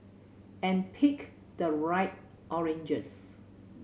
and pick the right oranges